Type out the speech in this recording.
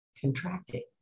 contracting